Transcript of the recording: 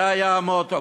זה היה המוטו.